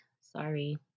Sorry